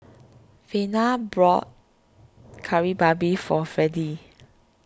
Vena bought Kari Babi for Freddie